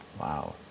Wow